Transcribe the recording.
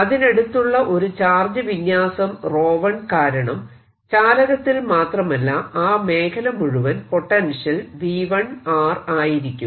അതിനടുത്തുള്ള ഒരു ചാർജ് വിന്യാസം 𝜌1 കാരണം ചാലകത്തിൽ മാത്രമല്ല ആ മേഖല മുഴുവൻ പൊട്ടൻഷ്യൽ V1 ആയിരിക്കും